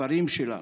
הכפרים שלנו,